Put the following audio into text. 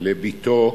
לבתו.